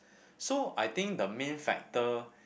so I think the main factor